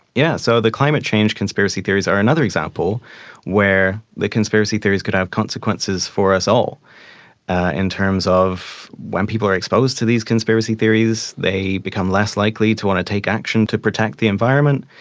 yeah so the climate change conspiracy theories are another example where the conspiracy theories could have consequences for us all ah in terms of when people are exposed to these conspiracy theories they become less likely to want to take action to protect the environment.